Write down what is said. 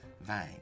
vine